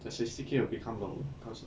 the sixty K will become low cause of